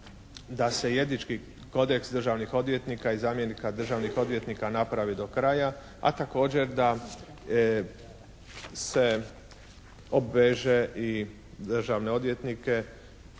da se i etički kodeks državnih odvjetnika i zamjenika državnih odvjetnika napravi do kraja. A također da se obveže i državne odvjetnike